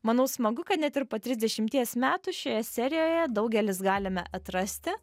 manau smagu kad net ir po trisdešimties metų šioje serijoje daugelis galime atrasti